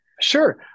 Sure